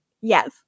Yes